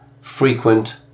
frequent